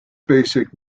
basic